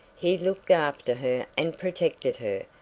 he looked after her and protected her,